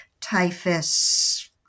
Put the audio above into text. typhus